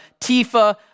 Tifa